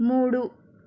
మూడు